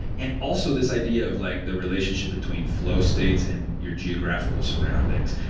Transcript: and also, this idea of like the relationship between flow states and your geographical surroundings.